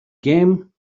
game